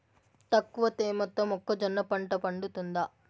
తక్కువ తేమతో మొక్కజొన్న పంట పండుతుందా?